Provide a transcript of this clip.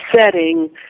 setting